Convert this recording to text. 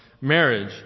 marriage